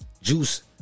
Juice